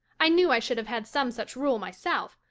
i knew i should have had some such rule myself,